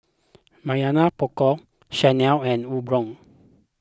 Mamy Poko Chanel and Umbro